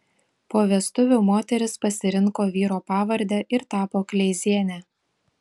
po vestuvių moteris pasirinko vyro pavardę ir tapo kleiziene